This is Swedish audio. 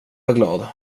glad